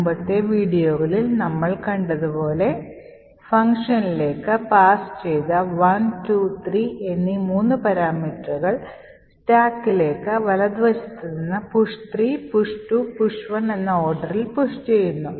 മുമ്പത്തെ വീഡിയോകളിൽ നമ്മൾ കണ്ടതുപോലെ ഫംഗ്ഷനിലേക്ക് പാസ്സ് ചെയ്ത 1 2 3 എന്നീ മൂന്ന് പാരാമീറ്ററുകൾ സ്റ്റാക്കിലേക്ക് വലതു വശത്ത് നിന്ന് പുഷ് 3 പുഷ് 2 പുഷ് 1 എന്ന ഓർഡറിൽ പുഷ് ചെയ്യുന്നു